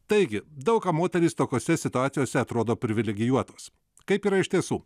taigi daug kam moterys tokiose situacijose atrodo privilegijuotos kaip yra iš tiesų